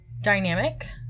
dynamic